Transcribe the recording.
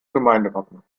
gemeindewappen